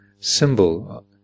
symbol